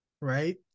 right